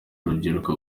urubyiruko